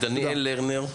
דניאל לרנר.